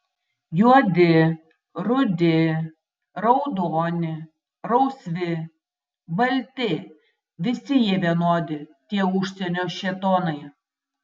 juodi rudi raudoni rausvi balti visi jie vienodi tie užsienio šėtonai